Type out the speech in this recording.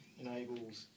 enables